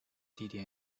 地点